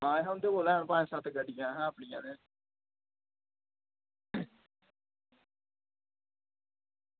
ऐहें उंदे कोल पंज सत्त गड्डियां अपनियां न